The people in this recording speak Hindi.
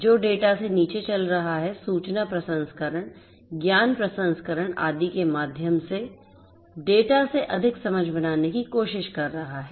जो डेटा से नीचे चल रहा है सूचना प्रसंस्करण ज्ञान प्रसंस्करण आदि के माध्यम से डेटा से अधिक समझ बनाने की कोशिश कर रहा है